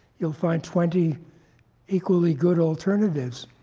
you'll find twenty equally good alternatives.